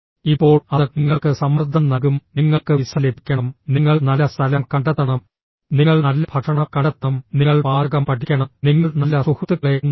ഇപ്പോൾ അത് നിങ്ങൾക്ക് സമ്മർദ്ദം നൽകും നിങ്ങൾക്ക് വിസ ലഭിക്കണം നിങ്ങൾ നല്ല സ്ഥലം കണ്ടെത്തണം നിങ്ങൾ നല്ല ഭക്ഷണം കണ്ടെത്തണം നിങ്ങൾ പാചകം പഠിക്കണം നിങ്ങൾ നല്ല സുഹൃത്തുക്കളെ ഉണ്ടാക്കണം